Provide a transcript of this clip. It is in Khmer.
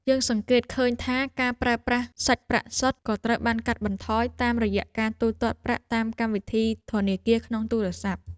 យើងសង្កេតឃើញថាការប្រើប្រាស់សាច់ប្រាក់សុទ្ធក៏ត្រូវបានកាត់បន្ថយតាមរយៈការទូទាត់ប្រាក់តាមកម្មវិធីធនាគារក្នុងទូរស័ព្ទ។